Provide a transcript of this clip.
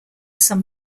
some